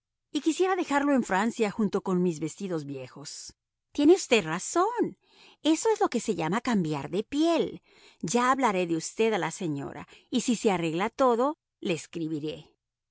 y quisiera dejarlo en francia junto con mis vestidos viejos tiene usted razón eso es lo que se llama cambiar de piel ya hablaré de usted a la señora y si se arregla todo le escribiré